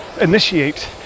initiate